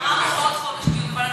אמרנו: עוד חודש דיון בוועדת הכלכלה.